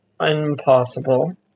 impossible